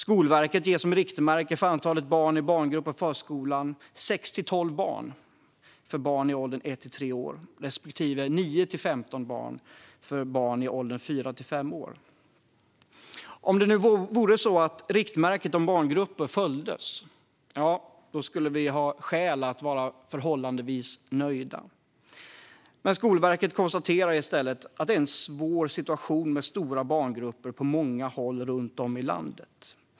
Skolverket ger som riktmärke för antalet barn i barngrupp i förskolan 6-12 barn för barn i åldern ett till tre år respektive 9-15 barn för barn i åldern fyra till fem år. Om det vore så att riktmärket för barngrupper följdes skulle vi ha skäl att vara förhållandevis nöjda. Men Skolverket konstaterar att det är en svår situation med stora barngrupper på många håll runt om i landet.